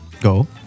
Go